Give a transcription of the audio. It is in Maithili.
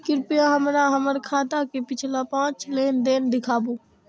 कृपया हमरा हमर खाता के पिछला पांच लेन देन दिखाबू